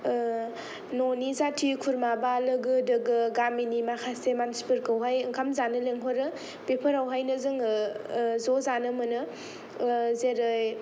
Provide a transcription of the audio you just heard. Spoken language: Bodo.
न'नि जाथि खुरमा बा लोगो दोगो गामिनि माखासे मानसिफोरखौहाय ओंखाम जानो लेंहरो बेफोरावहायनो जोङो ज' जानो मोनो जेरै